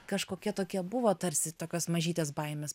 kažkokia tokia buvo tarsi tokios mažytės baimės